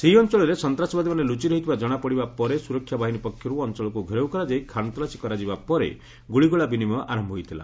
ସେହି ଅଞ୍ଚଳରେ ସନ୍ତାସବାଦୀମାନେ ଲୁଚି ରହିଥିବା ଜଣାପଡିବା ପରେ ସୁରକ୍ଷା ବାହିନୀ ପକ୍ଷରୁ ଅଞ୍ଚଳକୁ ଘେରାଉ କରାଯାଇ ଖାନତଲାସୀ କରାଯିବା ପରେ ଗୁଳିଗୋଳା ବିନିମୟ ଆରମ୍ଭ ହୋଇଥିଲା